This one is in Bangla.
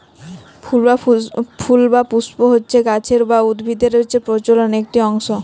ফুল বা পুস্প হচ্যে গাছের বা উদ্ভিদের প্রজলন একটি অংশ